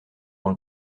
dans